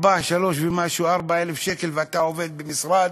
4.3 ומשהו, 4,000 שקל ואתה עובד במשרד?